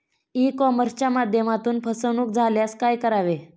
E कॉमर्सच्या माध्यमातून फसवणूक झाल्यास काय करावे?